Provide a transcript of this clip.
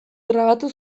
grabatu